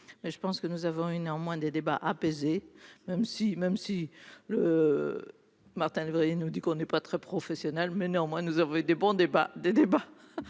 je pense que nous avons eu néanmoins des débats apaisés, même si, même si. Martin lévrier nous dit qu'on n'est pas très professionnel, mais néanmoins, nous avons des bons débats